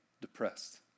depressed